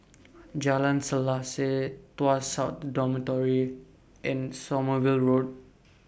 Jalan Selaseh Tuas South Dormitory and Sommerville Road